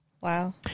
Wow